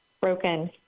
Broken